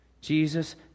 Jesus